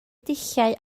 dulliau